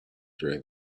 during